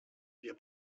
wir